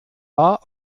war